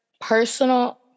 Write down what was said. personal